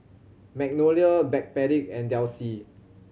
Magnolia Backpedic and Delsey